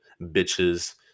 bitches